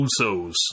Usos